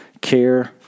Care